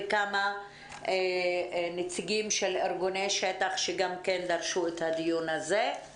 וכמה נציגים של ארגוני שטח שדרשו את הדיון הזה.